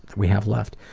we have left.